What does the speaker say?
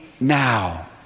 now